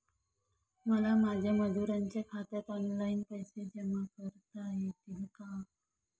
मला माझ्या मजुरांच्या खात्यात ऑनलाइन पैसे जमा करता येतील का?